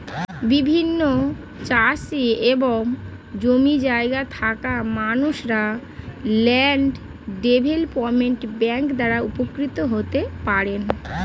বিভিন্ন চাষি এবং জমি জায়গা থাকা মানুষরা ল্যান্ড ডেভেলপমেন্ট ব্যাংক দ্বারা উপকৃত হতে পারেন